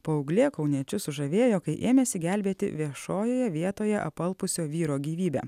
paauglė kauniečius sužavėjo kai ėmėsi gelbėti viešojoje vietoje apalpusio vyro gyvybę